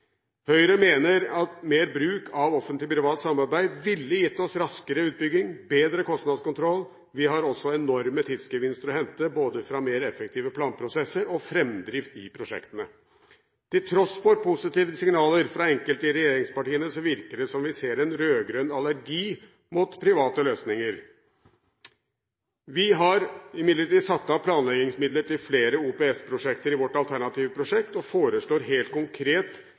Høyre mener at mer bruk av offentlig privat samarbeid ville gitt oss raskere utbygging og bedre kostnadskontroll. Vi har også enorme tidsgevinster å hente både ved mer effektive planprosesser og ved framdrift i prosjektene. Til tross for positive signaler fra enkelte i regjeringspartiene virker det som om vi ser en rød-grønn allergi mot private løsninger. Vi har imidlertid satt av planleggingsmidler til flere OPS-prosjekter i vårt alternative budsjett og foreslår helt konkret